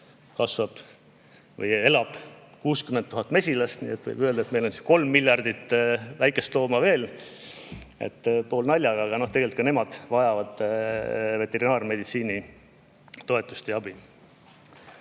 igaühes elab 60 000 mesilast, nii et võib öelda, et meil on kolm miljardit väikest looma veel, poolnaljaga, aga tegelikult ka nemad vajavad veterinaarmeditsiini toetust ja abi.